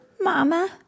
Mama